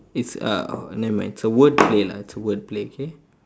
it's a oh nevermind it's a word play lah it's a word play okay